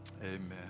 Amen